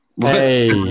Hey